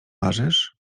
marzysz